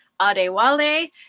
Adewale